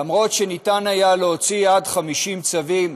למרות שניתן היה להוציא עד 50 צווים,